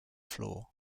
floor